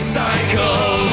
cycle